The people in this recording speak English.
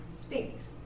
speaks